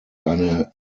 eine